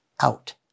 out